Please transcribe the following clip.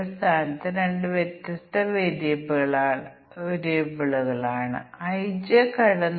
അതിനാൽ ഇൻപുട്ട് മൂല്യങ്ങളുടെ ചില കോമ്പിനേഷനുകൾ മൂലമാണ് ഒരു പ്രോഗ്രാമിലെ ടി വേ ഇടപെടൽ തെറ്റ് എന്ന് ഞങ്ങൾ അതിനെ വിളിക്കുന്നു